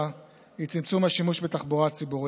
היא צמצום השימוש בתחבורה הציבורית.